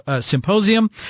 Symposium